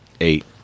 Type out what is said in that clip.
eight